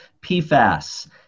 PFAS